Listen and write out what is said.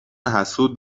حسود